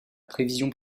prévision